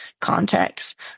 context